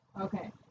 Okay